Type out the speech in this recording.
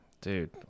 dude